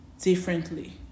differently